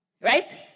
right